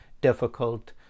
difficult